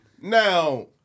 Now